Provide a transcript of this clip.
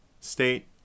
state